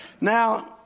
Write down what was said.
Now